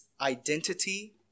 identity